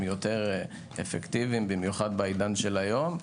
יותר אפקטיביים במיוחד בעידן של היום.